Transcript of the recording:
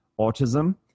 autism